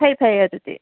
ꯐꯩ ꯐꯩ ꯑꯗꯨꯗꯤ